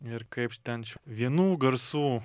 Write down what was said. ir kaipš tenš vienų garsų